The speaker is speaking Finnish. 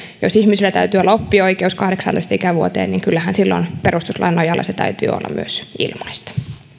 jos ihmisillä täytyy olla oppioikeus kahdeksantoista ikävuoteen niin kyllähän silloin perustuslain nojalla sen täytyy olla myös ilmaista